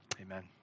Amen